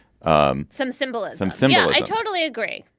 um some symbolism symbol. i totally agree.